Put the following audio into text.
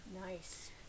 Nice